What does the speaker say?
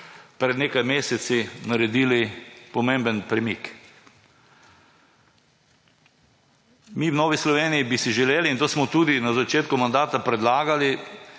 pred nekaj meseci naredili pomemben premik. V Novi Sloveniji bi si želeli, in to smo tudi na začetku mandata predlagali,